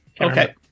Okay